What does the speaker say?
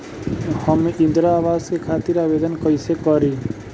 हम इंद्रा अवास के खातिर आवेदन कइसे करी?